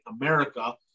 America